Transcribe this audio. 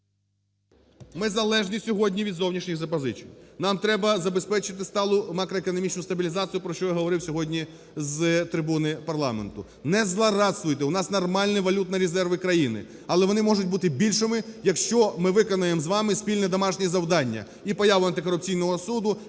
Ми залежні сьогодні від зовнішніх запозичень, нам треба забезпечити сталу макроекономічну стабілізацію, про що я говорив сьогодні з трибуни парламенту. Не злорадствуйте, у нас нормальні валютні резерви країни, але вони можуть бути більшими, якщо ми виконаємо з вами спільне домашнє завдання: і появу антикорупційного суду,